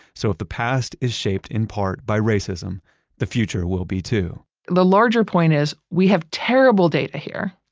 so if the past is shaped in part by racism, the future will be too the larger point is we have terrible data here,